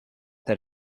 that